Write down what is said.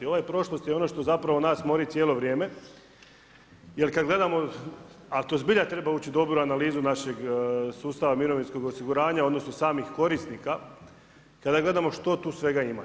Ova prošlost i ono što zapravo nas mori cijelo vrijeme jer kad gledamo, a to zbilja treba ući u dobru analizu našeg sustava mirovinskog osiguranja odnosno samih korisnika, kada gledamo što tu svega ima.